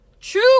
true